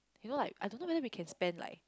you know like I don't know whether we can spend like